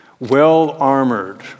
well-armored